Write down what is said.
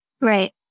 right